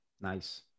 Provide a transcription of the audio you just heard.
Nice